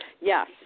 Yes